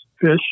fish